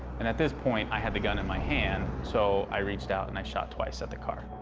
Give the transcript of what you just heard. and at this point, i had the gun in my hand, so i reached out and i shot twice at the car.